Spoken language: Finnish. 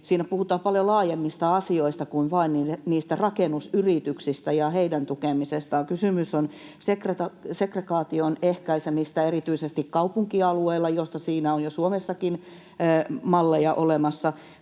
puhutaan paljon laajemmista asioista kuin vain niistä rakennusyrityksistä ja heidän tukemisestaan. Kysymys on segregaation ehkäisemisestä erityisesti kaupunkialueilla, mistä on jo Suomessakin malleja olemassa.